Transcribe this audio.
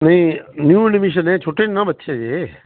ਨਹੀਂ new admission ਐ ਛੋਟੇ ਨਾ ਬੱਚੇ ਜੇ